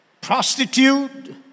prostitute